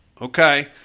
okay